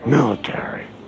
Military